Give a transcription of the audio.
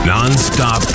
Non-stop